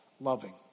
loving